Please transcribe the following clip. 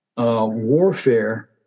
Warfare